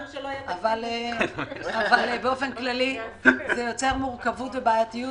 אבל באופן כללי זה יוצר מורכבות ובעייתיות